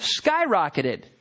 skyrocketed